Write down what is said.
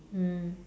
mm